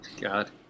God